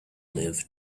live